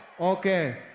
Okay